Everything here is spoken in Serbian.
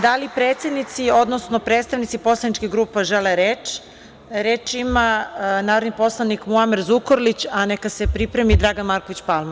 Da li predsednici, odnosno predstavnici poslaničkih grupa žele reč? (Da.) Reč ima narodni poslanik Muamer Zukorlić, a neka se pripremi Dragan Marković Palma.